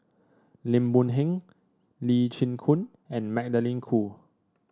Lim Boon Heng Lee Chin Koon and Magdalene Khoo